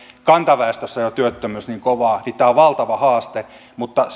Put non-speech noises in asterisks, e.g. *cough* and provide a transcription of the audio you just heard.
kantaväestössä jo työttömyys niin kovaa niin tämä on valtava haaste mutta *unintelligible*